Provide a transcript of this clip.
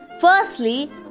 firstly